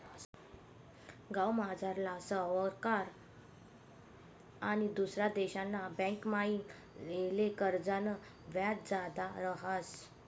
गावमझारला सावकार आनी दुसरा देशना बँकमाईन लेयेल कर्जनं व्याज जादा रहास